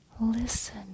listen